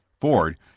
Ford